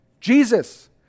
Jesus